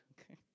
okay